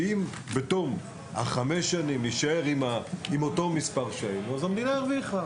אם בתום חמש השנים נישאר עם אותו מספר שהיינו אז המדינה הרוויחה,